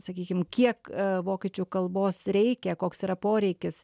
sakykim kiek vokiečių kalbos reikia koks yra poreikis